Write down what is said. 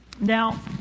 Now